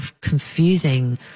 confusing